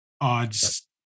odds